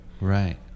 Right